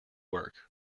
work